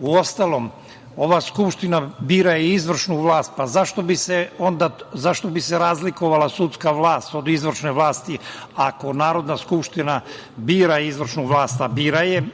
Uostalom, ova Skupština bira i izvršnu vlast, pa zašto bi se razlikovala sudska vlast od izvršne vlasti, ako Narodna skupština bira izvršnu vlast, a bira je,